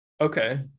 Okay